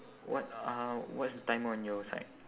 what uh what's the timer on your side